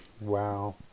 Wow